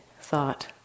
thought